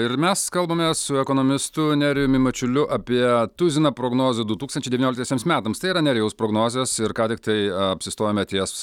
ir mes kalbamės su ekonomistu nerijumi mačiuliu apie tuziną prognozių du tūkstančiai devynioliktiesiems metams tai yra nerijaus prognozės ir ką tik tai apsistojome ties